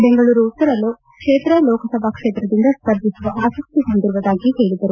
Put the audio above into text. ಬೆಂಗಳೂರು ಉತ್ತರ ಕ್ಷೇತ್ರಲೋಕಸಭಾ ಕ್ಷೇತ್ರದಿಂದ ಸ್ಪರ್ಧಿಸುವ ಆಸಕ್ತಿ ಹೊಂದಿರುವುದಾಗಿ ಹೇಳಿದರು